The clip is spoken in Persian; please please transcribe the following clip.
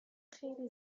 خیلی